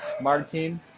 Martin